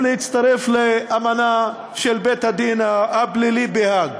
להצטרף לאמנה של בית-הדין הפלילי בהאג.